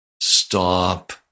Stop